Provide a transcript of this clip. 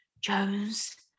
Jones